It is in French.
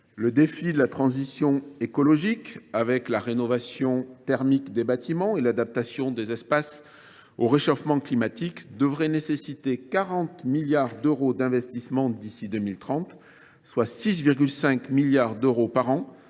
Le défi de la transition écologique, avec la rénovation thermique des bâtiments et l’adaptation des espaces au réchauffement climatique, devrait nécessiter 40 milliards d’euros d’investissements d’ici à 2030, soit 6,5 milliards d’euros par an